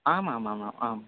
आमामामाम् आम्